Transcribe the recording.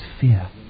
fear